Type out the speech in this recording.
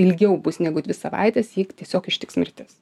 ilgiau bus negu dvi savaites jį tiesiog ištiks mirtis